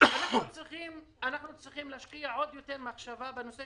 שאנחנו צריכים להשקיע עוד מחשבה בנושא